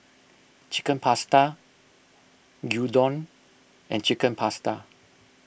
Chicken Pasta Gyudon and Chicken Pasta